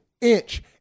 inch